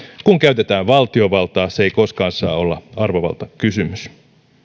kun käytetään valtiovaltaa se ei koskaan saa olla arvovaltakysymys